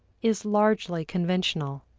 is largely conventional,